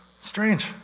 Strange